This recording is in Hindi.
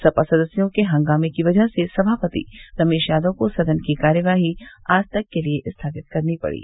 सपा सदस्यों के हंगामे की वजह से सभापति रमेश यादव को सदन की कार्यवाही आज तक के लिये स्थगित करनी पड़ी